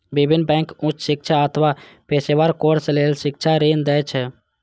विभिन्न बैंक उच्च शिक्षा अथवा पेशेवर कोर्स लेल शिक्षा ऋण दै छै